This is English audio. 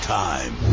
time